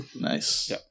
Nice